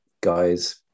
guys